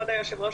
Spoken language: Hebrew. כבוד היושב-ראש,